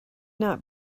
not